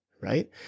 right